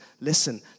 listen